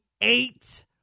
eight